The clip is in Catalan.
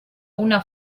una